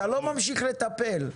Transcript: אתה לא ממשיך לטפל,